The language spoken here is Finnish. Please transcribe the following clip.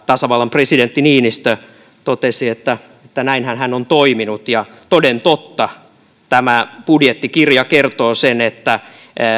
tasavallan presidentti niinistö totesi että että näinhän hän on toiminut toden totta tämä budjettikirja kertoo sen että